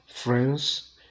Friends